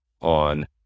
on